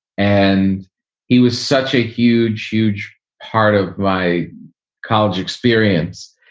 and he was such a huge, huge part of my college experience.